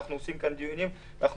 אנחנו עורכים כאן דיונים, אנחנו